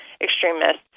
extremists